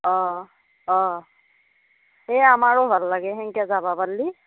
অঁ অঁ এই আমাৰো ভাল লাগে সেনকে যাবা পাৰলি